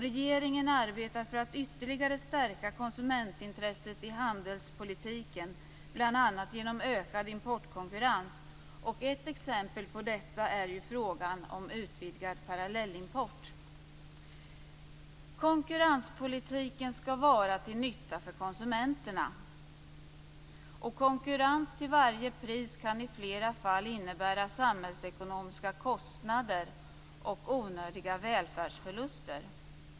Regeringen arbetar för att ytterligare stärka konsumentintresset i handelspolitiken, bl.a. genom ökad importkonkurrens. Ett exempel på detta är ju frågan om utvidgad parallellimport. Konkurrenspolitiken skall vara till nytta för konsumenterna. Konkurrens till varje pris kan i flera fall innebära samhällsekonomiska kostnader och onödiga välfärdsförluster.